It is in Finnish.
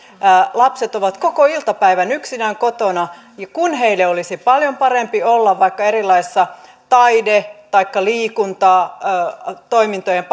lapset ovat koko iltapäivän yksinään kotona kun heille olisi paljon parempi olla vaikka erilaisten taide taikka liikuntatoimintojen